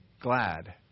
glad